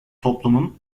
toplumun